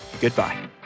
goodbye